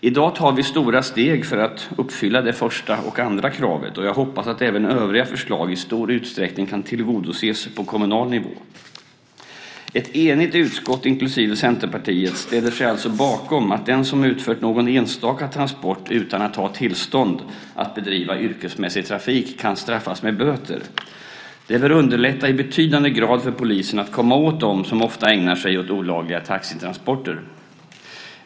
I dag tar vi stora steg för att uppfylla det första och andra kravet, och jag hoppas att övriga förslag i stor utsträckning kan tillgodoses på kommunal nivå. Ett enigt utskott, inklusive Centerpartiet, ställer sig alltså bakom förslaget att den som utfört någon enstaka transport utan att ha tillstånd att bedriva yrkesmässig trafik kan straffas med böter. Detta bör i betydande grad underlätta för polisen att komma åt dem som ofta ägnar sig åt olagliga taxitransporter.